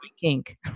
kink